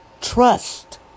trust